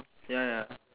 ya ya